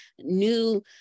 New